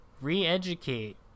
re-educate